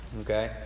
Okay